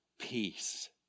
Peace